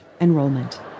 enrollment